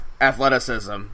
athleticism